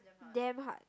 damn hard